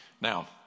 Now